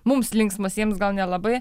mums linksmas jiems gal nelabai